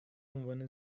عنوان